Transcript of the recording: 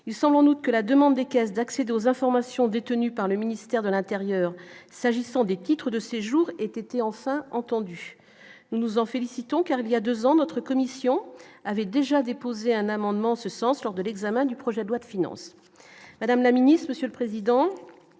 il semble en août que la demande des Caisses d'accéder aux informations détenues par le ministère de l'Intérieur, s'agissant des titres de séjour était enfin entendu, nous nous en félicitons, car il y a 2 ans, notre commission avait déjà déposé un amendement en ce sens lors de l'examen du projet de loi de finances, Madame la Ministre, Monsieur le Président,